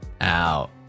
out